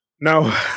No